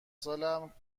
سالم